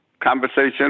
conversation